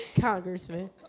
Congressman